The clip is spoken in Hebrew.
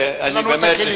אין לנו הכלים.